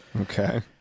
Okay